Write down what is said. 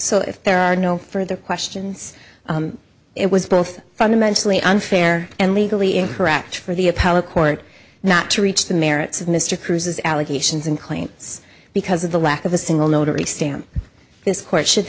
so if there are no further questions it was both fundamentally unfair and legally incorrect for the appellate court not to reach the merits of mr cruz's allegations and claims because of the lack of a single notary stamp this court should